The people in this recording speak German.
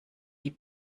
die